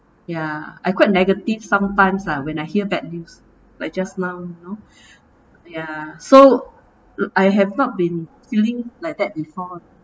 ya I quite negative sometimes lah when I hear bad news like just now you know ya so I have not been feeling like that before